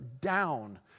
down